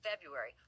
February